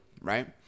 right